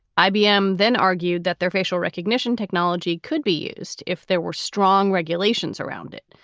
ibm then argued that their facial recognition technology could be used if there were strong regulations around it.